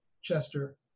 Chester